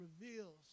reveals